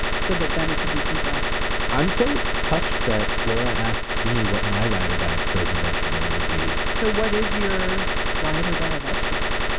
so that then it could be compressed i'm so touched that laura asked me what my ride or die frozen vegetable would be so what is your ride or die vegetable?